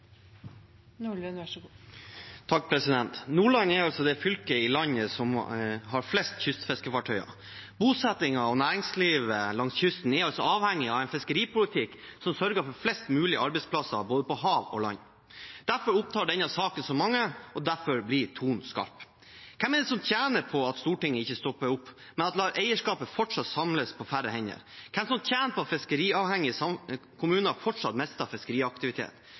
Nordland er det fylket i landet som har flest kystfiskefartøy. Bosettingen og næringslivet langs kysten er avhengig av en fiskeripolitikk som sørger for flest mulig arbeidsplasser på både hav og land. Derfor opptar denne saken så mange, og derfor blir tonen skarp. Hvem er det som tjener på at Stortinget ikke stopper opp, men at man fortsatt lar eierskapet samles på færre hender? Hvem er det som tjener på at fiskeriavhengige kommuner fortsatt mister fiskeriaktivitet?